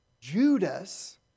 Judas